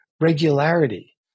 regularity